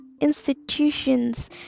institutions